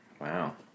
Wow